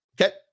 Okay